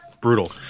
brutal